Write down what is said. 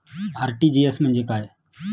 RTGS म्हणजे काय?